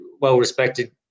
well-respected